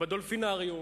ב"דולפינריום",